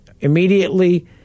immediately